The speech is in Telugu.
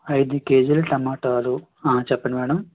అయిదు కేజీలు టొమాటోలు ఆ చెప్పండి మేడం